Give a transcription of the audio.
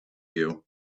you